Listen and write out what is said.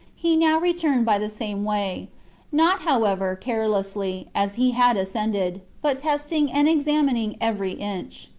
he now returned by the same way not, however, carelessly, as he had ascended, but testing and examining every inch.